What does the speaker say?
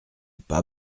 pas